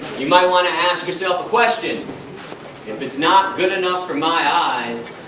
you might want to ask yourself a question if it's not good enough for my eyes,